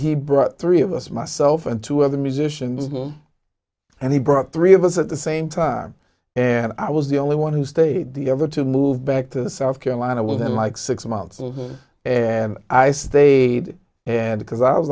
he brought three of us myself and two other musicians and he brought three of us at the same time and i was the only one who stayed the ever to move back to the south carolina within like six months and i stayed and